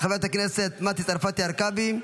חברת הכנסת מטי צרפתי הרכבי.